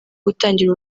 gutangira